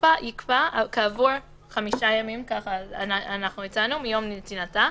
ותוקפה יפקע כעבור חמישה ימים כך הצענו - מיום נתינתה,